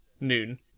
noon